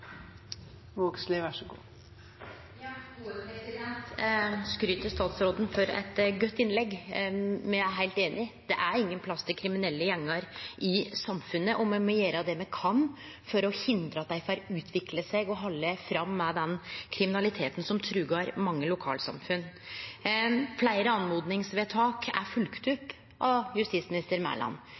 heilt einige. Det er ingen plass til kriminelle gjengar i samfunnet, og me må gjere det me kan for å hindre at dei får utvikle seg og halde fram med den kriminaliteten som trugar mange lokalsamfunn. Fleire oppmodingsvedtak er følgde opp av justisminister Mæland